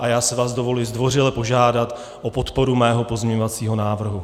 A já si vás dovoluji zdvořile požádat o podporu svého pozměňovacího návrhu.